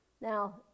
Now